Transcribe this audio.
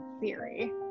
theory